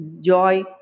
joy